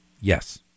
Yes